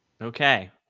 Okay